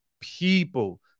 people